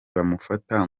bamufata